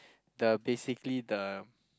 the basically the